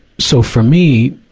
so for me,